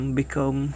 become